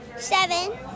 Seven